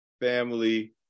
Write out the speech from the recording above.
family